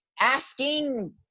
asking